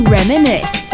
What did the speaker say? Reminisce